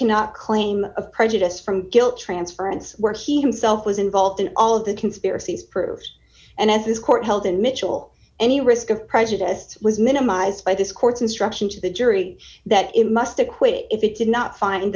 cannot claim of prejudice from guilt transference where he himself was involved in all of the conspiracy is proved and as this court held in mitchell any risk of prejudiced was minimized by this court's instruction to the jury that it must acquit if it did not find